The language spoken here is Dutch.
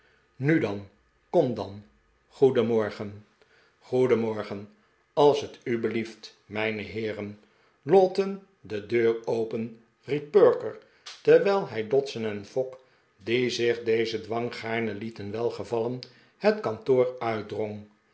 nu dan kom dan goedenmorgen goedenmorgen als t u belieft mijne heeren lowten de deur open riep perker terwijl hij dodson en fogg die zich dezen dwang gaarne lieten welgevallen het kantoor uitdrong